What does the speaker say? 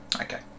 Okay